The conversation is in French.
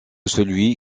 celui